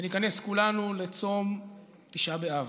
וניכנס כולנו לצום תשעה באב.